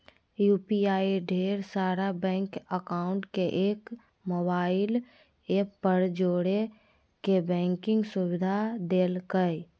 UPI ढेर सारा bank account के एक मोबाइल ऐप पर जोड़े के बैंकिंग सुविधा देलकै